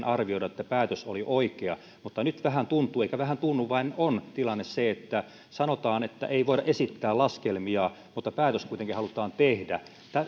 arvioida että päätös oli oikea mutta nyt vähän tuntuu eikä vähän tunnu vaan tilanne on se että sanotaan että ei voida esittää laskelmia mutta päätös kuitenkin halutaan tehdä